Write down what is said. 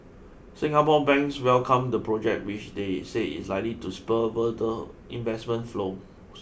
Singapore banks welcomed the project which they say is likely to spur further investment flow